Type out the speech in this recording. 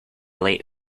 late